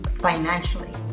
financially